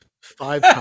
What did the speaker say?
five